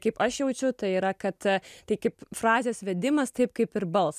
kaip aš jaučiu tai yra kad tai kaip frazės vedimas taip kaip ir balsas